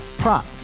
prop